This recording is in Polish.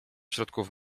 środków